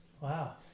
Wow